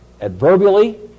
adverbially